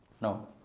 No